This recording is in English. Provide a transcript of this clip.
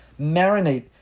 marinate